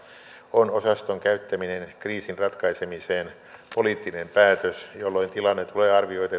on osaston käyttäminen kriisin ratkaisemiseen poliittinen päätös jolloin tilanne tulee